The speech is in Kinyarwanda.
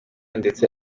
ndetse